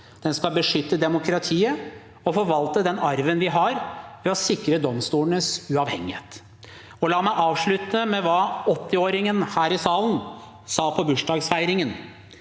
Den skal beskytte demokratiet og forvalte den arven vi har, ved å sikre domstolenes uavhengighet. La med avslutte med det 80-åringen her i salen sa på bursdagsfeiringen: